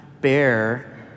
bear